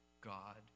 God